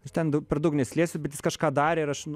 aš ten per daug nesilėsiu bet jis kažką darė ir aš nu